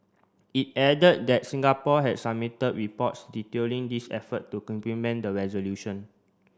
it added that Singapore had submitted reports detailing this effort to implement the resolution